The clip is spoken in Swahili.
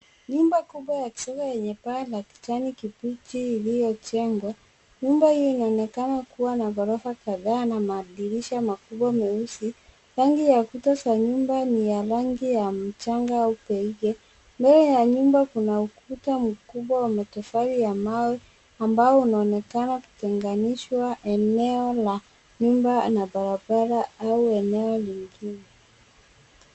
Nyumba kubwa yenye umbo la mraba, kipichi, iliyo na pande za pembetatu, inaonekana kuwa na ghorofa kadhaa pamoja na madirisha makubwa meupe. Rangi ya nje ya nyumba ni rangi ya mchanga iliyofifia. Mbele ya nyumba kuna ukuta mkubwa wa mawe, unaotenganisha eneo la nyumba na barabara au sehemu nyingine ya nje.